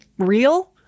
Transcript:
real